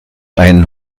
einen